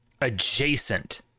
adjacent